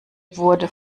wurde